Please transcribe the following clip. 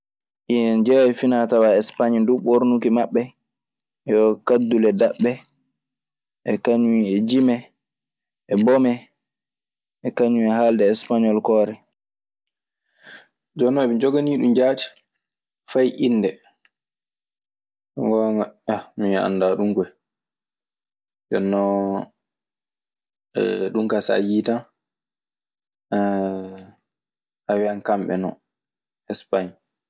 Anajea e fina tawa espaŋe dun ɓornuki maɓe yo kadule daɓee, e kaŋum e jimee, e bomee kaŋum e halde espaŋol k ore. Waamana tawee eɓe njoganii ɗun innde heertaande ko tawee mi anndaa min ka. Eyyo.